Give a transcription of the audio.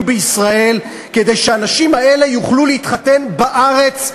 בישראל כדי שהאנשים האלה יוכלו להתחתן בארץ,